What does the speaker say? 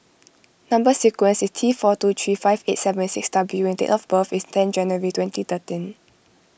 Number Sequence is T four two three five eight seven six W and date of birth is ten January twenty thirteen